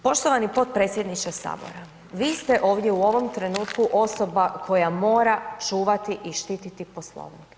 Poštovani potpredsjedniče sabora, vi ste ovdje u ovom trenutku osoba koja mora čuvati i štiti Poslovnik.